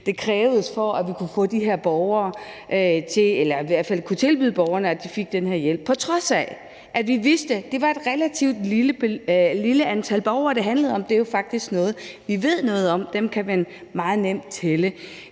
var krævet, for at vi kunne tilbyde de her borgere, at de fik den her hjælp, på trods af at vi vidste, at det var et relativt lille antal borgere, det handlede om. Det er faktisk noget, vi ved noget om; dem kan man meget nemt tælle.